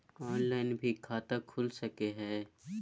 Online भी खाता खूल सके हय?